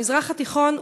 המזרח התיכון,